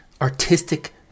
artistic